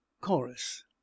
Chorus